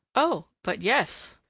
oh, but yes.